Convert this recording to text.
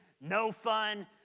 no-fun